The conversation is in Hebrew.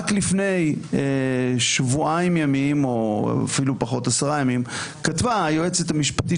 רק לפני שבועיים או עשרה ימים כתבה היועצת המשפטית